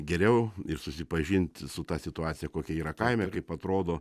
geriau ir susipažint su ta situacija kokia yra kaime ir kaip atrodo